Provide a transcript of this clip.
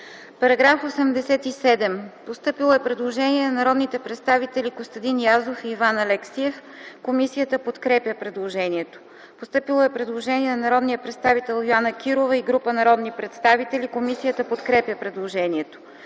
По § 87 има предложение от народните представители Костадин Язов и Иван Алексиев. Комисията подкрепя предложението. Има предложение от народния представител Йоана Кирова и група народни представители. Комисията подкрепя предложението.